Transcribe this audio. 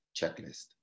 checklist